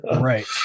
Right